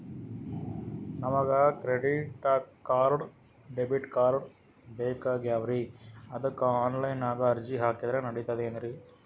ನಮಗ credit card, debit card ಬೇಕಾಗ್ಯಾವ್ರೀ ಅದಕ್ಕ ಆನಲೈನದಾಗ ಅರ್ಜಿ ಹಾಕಿದ್ರ ನಡಿತದೇನ್ರಿ?